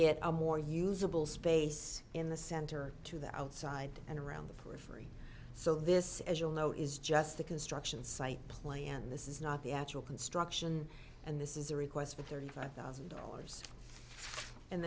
it a more usable space in the center to the outside and around the periphery so this as you all know is just a construction site plan this is not the actual construction and this is a request for thirty five thousand dollars and